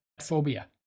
phobia